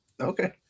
okay